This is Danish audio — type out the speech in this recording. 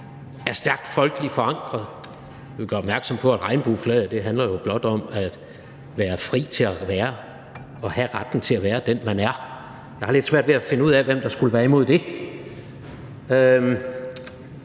er stærkt folkeligt forankrede – jeg vil gøre opmærksom på, at regnbueflaget blot handler om at være fri til at være og have retten til at være den, man er, og jeg har lidt svært ved at finde ud af, hvem der skulle være imod det